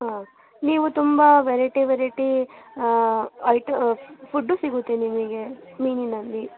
ನೀವು ತುಂಬ variety variety ಐಟ ಫುಡ್ಡು ಸಿಗುತ್ತೆ ನಿಮಗೆ ಮೀನಿನಲ್ಲಿ